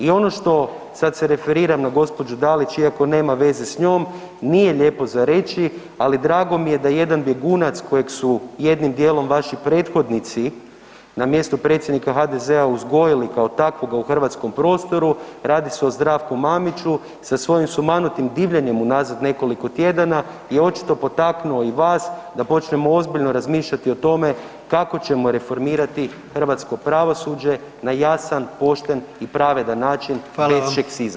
I ono što, sad se referiram na gđu. Dalić, iako nema veze s njom, nije lijepo za reći, ali drago mi je da jedan bjegunac kojeg su jednim dijelom, vaši prethodnici na mjestu predsjednika HDZ-a uzgojili, tako takvoga u hrvatskom prostoru, radi se o Zdravku Mamiću sa svojim sumanutim divljanjem unazad nekoliko tjedana je očito potaknuo i vas da počnemo ozbiljno razmišljati o tome kako ćemo reformirati hrvatsko pravosuđe na jasan, pošten i pravedan način bez [[Upadica:]] „šeksizama“